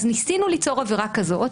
ניסינו ליצור עבירה כזאת,